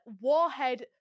Warhead